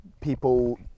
people